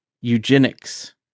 eugenics